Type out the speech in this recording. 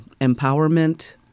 empowerment